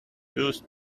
used